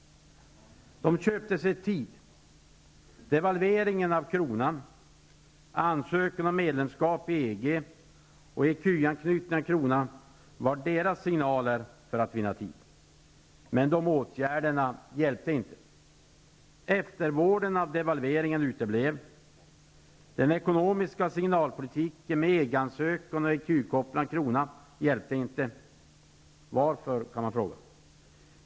De köpte sig tid. Devalvering av kronan, ansökan om medlemskap i EG och ecu-anknytning av kronan var deras signaler för att vinna tid, men det hjälpte inte. Eftervården av devalveringen uteblev. Den ekonomiska signalpolitiken med EG-ansökan och ecu-kopplingen av kronan hjälpte inte. Varför? kan man fråga.